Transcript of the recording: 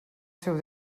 seu